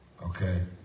Okay